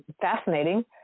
fascinating